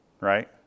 right